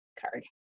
card